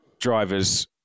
drivers